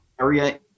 area